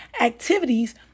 activities